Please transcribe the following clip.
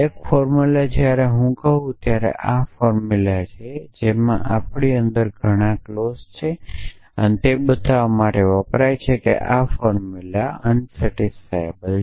એક ફોર્મુલા જ્યારે હું કહું છું કે આ એક ફોર્મુલા છે આમાં તેની અંદર ઘણા ક્લોઝ છે અને તે ફોર્મુલા અસંતોષકારક છે તેવું બતાવવા માટે વપરાય છે